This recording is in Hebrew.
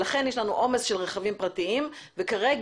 לכן יש לנו עומס של רכבים פרטיים וכרגע